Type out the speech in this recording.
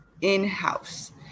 in-house